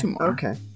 okay